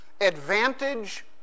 advantage